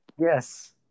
Yes